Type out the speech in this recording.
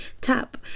tap